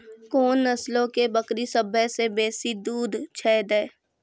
कोन नस्लो के बकरी सभ्भे से बेसी दूध दै छै?